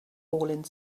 falling